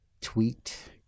tweet